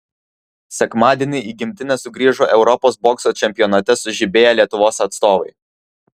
sekmadienį į gimtinę sugrįžo europos bokso čempionate sužibėję lietuvos atstovai